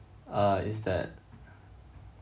uh is that